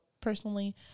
personally